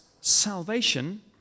salvation